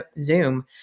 Zoom